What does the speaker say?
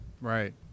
Right